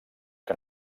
que